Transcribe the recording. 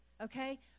okay